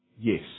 Yes